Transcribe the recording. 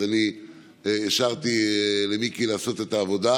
אני השארתי למיקי לעשות את העבודה.